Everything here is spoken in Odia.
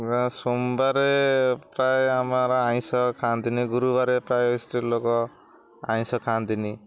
ସୋମବାର ପ୍ରାୟ ଆମ ଆଡ଼େ ଆଇଁଷ ଖାଆନ୍ତିନି ଗୁରୁବାର ପ୍ରାୟ ସ୍ତ୍ରୀ ଲୋକ ଆଇଁଷ ଖାଆନ୍ତିନି